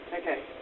Okay